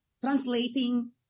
translating